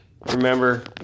Remember